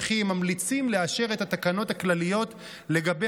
וכי הם ממליצים לאשר את התקנות הכלליות לגבי